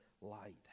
light